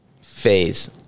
phase